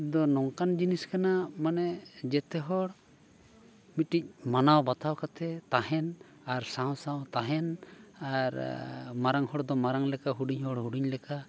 ᱫᱚ ᱱᱚᱝᱠᱟᱱ ᱡᱤᱱᱤᱥ ᱠᱟᱱᱟ ᱢᱟᱱᱮ ᱡᱮᱛᱮ ᱦᱚᱲ ᱢᱤᱫᱴᱤᱡ ᱢᱟᱱᱟᱣ ᱵᱟᱛᱟᱣ ᱠᱟᱛᱮᱫ ᱛᱟᱦᱮᱱ ᱟᱨ ᱥᱟᱶ ᱥᱟᱶ ᱛᱟᱦᱮᱱ ᱟᱨ ᱢᱟᱨᱟᱝ ᱦᱚᱲ ᱫᱚ ᱢᱟᱨᱟᱝ ᱞᱮᱠᱟ ᱟᱨ ᱦᱩᱰᱤᱧ ᱦᱚᱲ ᱫᱚ ᱦᱩᱰᱤᱧ ᱞᱮᱠᱟ